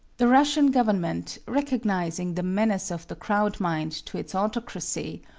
the russian government, recognizing the menace of the crowd-mind to its autocracy,